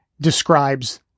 describes